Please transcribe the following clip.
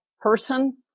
person